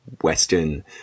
western